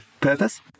purpose